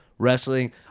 Wrestling